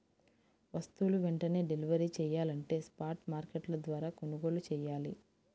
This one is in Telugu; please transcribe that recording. వస్తువులు వెంటనే డెలివరీ చెయ్యాలంటే స్పాట్ మార్కెట్ల ద్వారా కొనుగోలు చెయ్యాలి